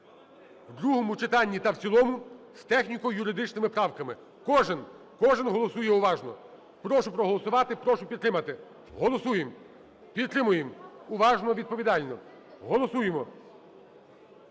в другому читанні та в цілому з техніко-юридичними правками. Кожен, кожен голосує уважно. Прошу проголосувати. Прошу підтримати. Голосуємо. Підтримуємо. Уважно, відповідально голосуємо.